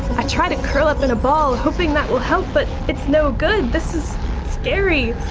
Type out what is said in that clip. i try to curl up in a ball, hoping that will help, but it's no good, this is scary.